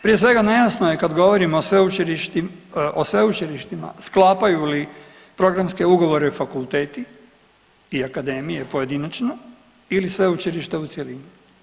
Prije svega nejasno je kad govorimo o sveučilištima sklapaju li programske ugovore fakulteti i akademije pojedinačno ili sveučilišta u cjelini.